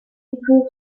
improved